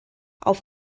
auf